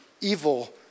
evil